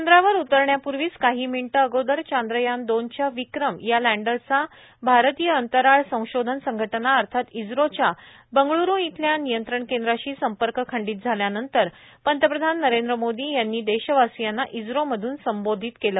चंद्रावर उतरण्यापूर्वीच काही मिनीटे अगोदर चांद्रयान दोनच्या विक्रम या लँडरचा भारतीयअंतराळ संशोधन संघटना अर्थात इस्त्रोच्या बंगळूरू इथल्या नियंत्रण केंद्राशी संपर्क खंडीत झाल्यानंतर पंतप्रधान नरेंद्र मोदी यांनी देशवासियांना इस्रोमधून संबोधित केलं